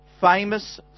famous